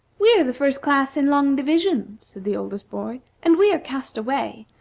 we are the first class in long division, said the oldest boy, and we are cast away.